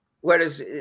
Whereas